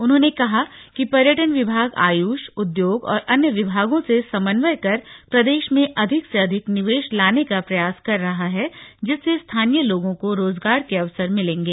उन्होंने कहा कि पर्यटन विभाग आयुष उद्योग और अन्य विभागों से समन्वय कर प्रदेश में अधिक से अधिक निवेश लाने का प्रयास कर रहा है जिससे स्थानीय लोगों को रोजगार के अवसर मिलेंगे